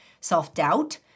self-doubt